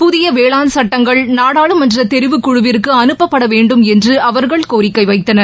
புதிய வேளாண் சட்டங்கள் நாடாளுமன்ற தெரிவு குழுவிற்கு அனுப்பப்பட வேண்டும் என்று அவர்கள் கோரிக்கை வைத்தனர்